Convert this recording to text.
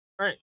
Right